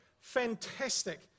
fantastic